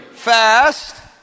Fast